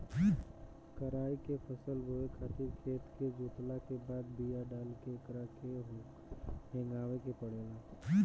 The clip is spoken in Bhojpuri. कराई के फसल बोए खातिर खेत के जोतला के बाद बिया डाल के एकरा के हेगावे के पड़ेला